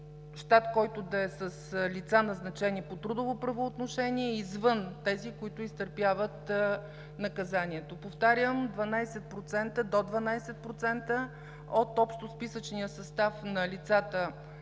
щат, който да е с лица, назначени по трудово правоотношение извън тези, които изтърпяват наказанието. Повтарям: до 12% от общосписъчния състав на лицата,